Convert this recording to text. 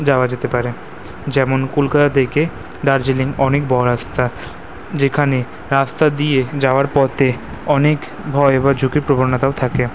যাওয়া যেতে পারে যেমন কলকাতা থেকে দার্জিলিং অনেক বড়ো রাস্তা যেখানে রাস্তা দিয়ে যাওয়ার পথে অনেক ভয় বা ঝুঁকির প্রবণতাও থাকে